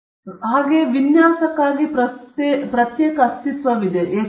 speaker 2 ನಂತರ ವಿನ್ಯಾಸಕ್ಕಾಗಿ ಪ್ರತ್ಯೇಕ ಅಸ್ತಿತ್ವವಿದೆ ಏಕೆ